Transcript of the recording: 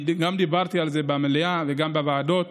ודיברתי על זה גם במליאה וגם בוועדות.